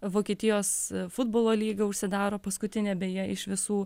vokietijos futbolo lyga užsidaro paskutinė beje iš visų